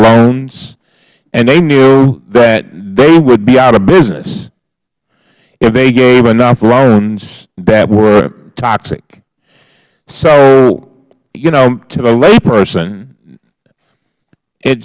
loans and they knew that they would be out of business if they gave enough loans that were toxic so to the layperson it